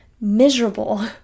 miserable